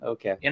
Okay